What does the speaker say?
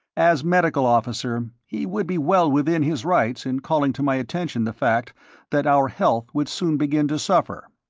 as medical officer he would be well within his rights in calling to my attention the fact that our health would soon begin to suffer.